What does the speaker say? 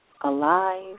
alive